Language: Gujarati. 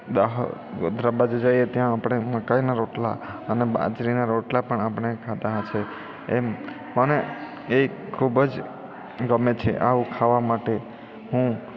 દાહોદ ગોધરા બાજુ જાઈએ ત્યાં આપણે મકાઈના રોટલા અને બાજરીના રોટલા પણ આપણે ખાધા હશે એમ મને એ ખૂબ જ ગમે છે આવું ખાવા માટે હું